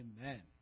Amen